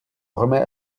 remets